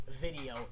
video